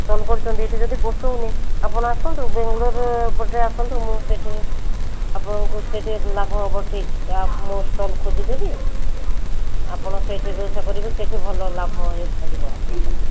stall କରିଛନ୍ତି ଏଇଠି ଯଦି ପୋଶଉନି ଆପଣ ଆସନ୍ତୁ ବେଙ୍ଗଲୋରେ ପଟେ ଆସନ୍ତୁ ମୁଁ ସେଠି ଆପଣଙ୍କୁ ସେଠି ଲାଭ ହେବ ଠିକ୍ ଏ ଆ ମୁଁ ଷ୍ଟଲ୍ ଖୋଜି ଦେବି ଆପଣ ସେଇଠି ବେଉସା କରିବେ ସେଠି ଭଲ ଲାଭ ହୋଇପାରିବ ଆପଣଙ୍କର